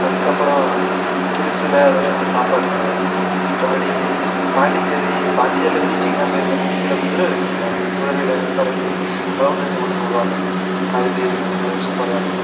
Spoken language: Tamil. அதுக்கப்புறம் திருச்சியில அதான் சொன்ன சாப்பாட்டு கடை மற்றபடி பாண்டிச்சேரி பாண்டிச்சேரியில பீச்சுக்கு தான் போயிருக்கேன் பீச்சில் குதிரை ரேஸ் நல்லா இருக்கும் குதிரையில உக்கார வச்சி ரவுண்டடிச்சு கொண்டந்து விடுவாங்க அது போயிருக்க அது சூப்பராகருக்கும்